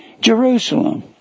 Jerusalem